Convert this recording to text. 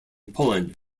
poland